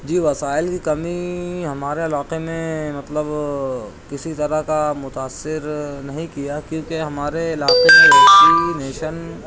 جی وسائل کی کمی ہمارے علاقے میں مطلب کسی طرح کا متاثر نہیں کیا کیونکہ ہمارے علاقے میں